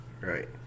right